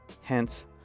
hence